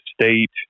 State